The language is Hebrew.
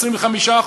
25%,